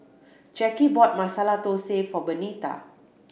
Jacky bought Masala Thosai for Benita